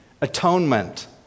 atonement